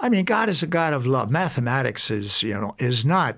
i mean, god is a god of love. mathematics is you know is not